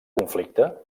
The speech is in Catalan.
conflicte